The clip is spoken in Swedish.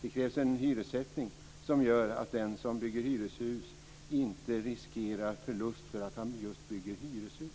Det krävs en hyressättning som gör att den som bygger hyreshus inte riskerar förlust för att han just bygger hyreshus.